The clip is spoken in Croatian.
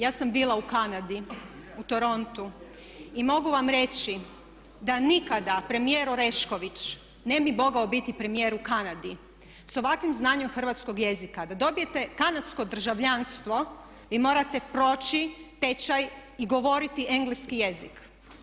Ja sam bila u Kanadi, u Torontu i mogu vam reći da nikada premijer Orešković ne bi mogao premijer u Kanadi s ovakvim znanjem hrvatskog jezika da dobijete kanadsko državljanstvo vi morate proći tečaj i govori engleski jezik.